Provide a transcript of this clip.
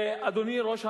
אדוני ראש הממשלה,